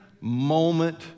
moment